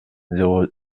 zéro